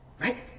right